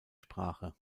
sprache